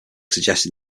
suggested